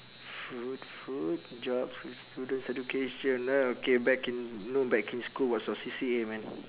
food food jobs students education ah okay back in know back in school what's your C_C_A man